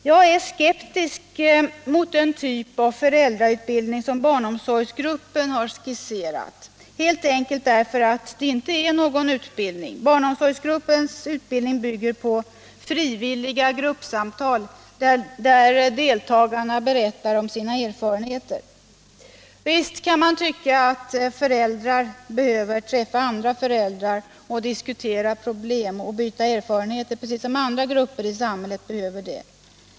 Jag är skeptisk mot den typ av föräldrautbildning som barnomsorgsgruppen skisserat, helt enkelt därför att det inte är någon utbildning. Barnomsorgsgruppens utbildning bygger på frivilliga gruppsamtal, där deltagarna berättar om sina erfarenheter. Visst behöver föräldrar träffa andra föräldrar och diskutera problem och byta erfarenheter, precis som andra grupper i samhället behöver det.